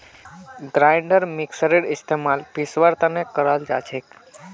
grinder मिक्सरेर इस्तमाल पीसवार तने कराल जाछेक